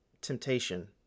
Temptation